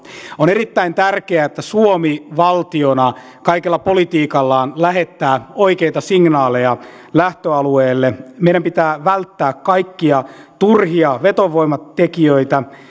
on erittäin tärkeää että suomi valtiona kaikella politiikallaan lähettää oikeita signaaleja lähtöalueelle meidän pitää välttää kaikkia turhia vetovoimatekijöitä